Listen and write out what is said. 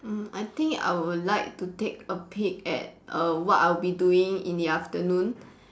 mm I think I would like to take a peek at err what I'll be doing in the afternoon